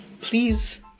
please